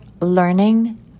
learning